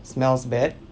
smells bad